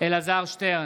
אלעזר שטרן,